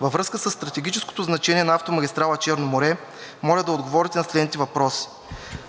Във връзка със стратегическото значение на автомагистрала „Черно море“ моля да отговорите на следните въпроси: